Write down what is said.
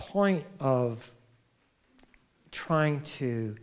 point of trying to